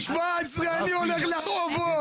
ב-17 אני הולך לרחובות.